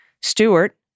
Stewart